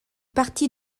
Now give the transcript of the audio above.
partie